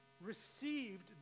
received